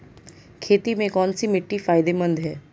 खेती में कौनसी मिट्टी फायदेमंद है?